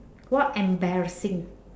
what embarrassing